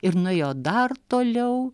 ir nuėjo dar toliau